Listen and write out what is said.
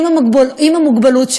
עם המוגבלות שלהם.